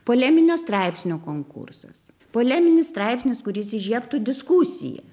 poleminio straipsnio konkursas poleminis straipsnis kuris įžiebtų diskusiją